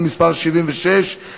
חסיון חומר מודיעיני (תיקוני חקיקה),